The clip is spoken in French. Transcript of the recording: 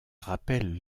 rappellent